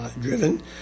driven